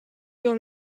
sur